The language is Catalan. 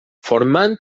formant